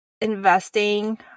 investing